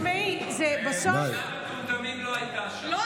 תשמעי, בסוף, המילה "מטומטמים" לא הייתה שם, בואי.